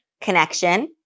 Connection